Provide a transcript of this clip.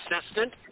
assistant